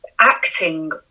acting